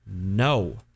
No